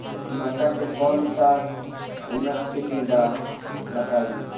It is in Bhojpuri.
मक्का के कौन सा उन्नत किस्म बा बताई?